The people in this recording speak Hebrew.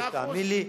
תאמין לי,